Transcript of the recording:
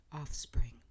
Offspring